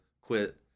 quit